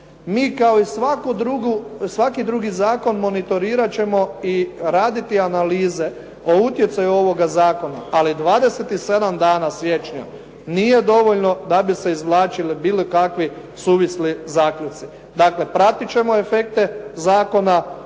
Mi kao i svaki drugi zakon monitorirati ćemo i raditi analize o utjecaju ovoga zakona, ali 27 dana siječnja nije dovoljno da bi se izvlačili bilo kakvi suvisli zaključci. Dakle, pratiti ćemo efekte zakona,